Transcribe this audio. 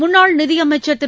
முன்ளாள் நிதியமைச்சர் திரு